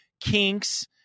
kinks